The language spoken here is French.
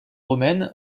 romaine